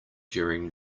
during